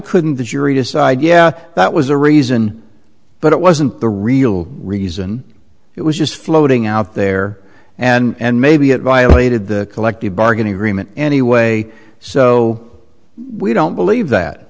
couldn't the jury decide yeah that was a reason but it wasn't the real reason it was just floating out there and maybe it violated the collective bargaining agreement anyway so we don't believe that